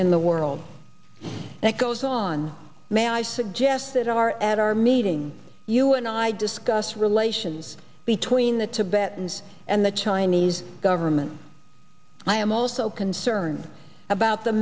in the world that goes on may i suggest that our at our meeting you and i discuss relations between the tibetans and the chinese government i am also concerned about the